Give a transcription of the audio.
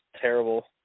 terrible